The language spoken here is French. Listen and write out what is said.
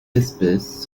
espèce